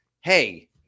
hey